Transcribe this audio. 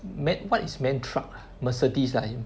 man what is MAN Truck uh Mercedes ah you